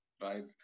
right